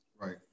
Right